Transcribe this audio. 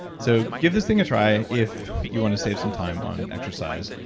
so give this thing a try if you want to save some time on exercise,